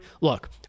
Look